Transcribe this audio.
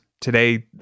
Today